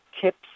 tips